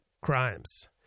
crimes